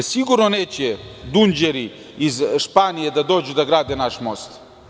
Sigurno neće dunđeri iz Španije da dođu i da grade naš most.